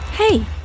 Hey